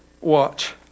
Watch